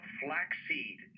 flaxseed